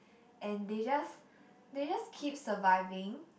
and they just they just keep surviving